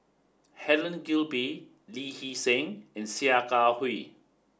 Helen Gilbey Lee Hee Seng and Sia Kah Hui